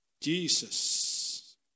Jesus